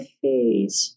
face